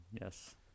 yes